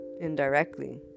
indirectly